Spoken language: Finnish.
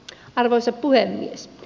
arvoisa puhemies